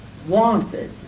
Wanted